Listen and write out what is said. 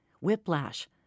Whiplash